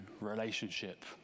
relationship